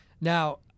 Now